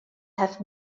have